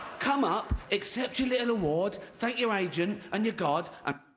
come up, accept your little award, thank your agent and your god and.